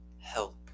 help